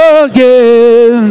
again